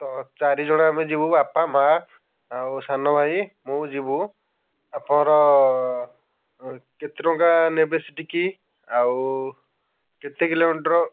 ତ ଚାରିଜଣ ଆମେ ଯିବୁ ବାପା ମାଁ ଆଉ ସାନଭାଇ ମୁଁ ଯିବୁ ଆପଣଙ୍କର କେତେଟଙ୍କା ନେବେ ସେଠିକି ଆଉ କେତେ କିଲୋମିଟର୍